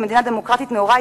כמדינה דמוקרטית נאורה,